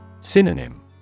Synonym